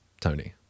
Tony